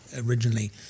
originally